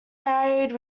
married